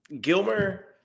Gilmer